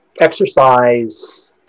exercise